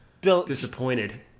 disappointed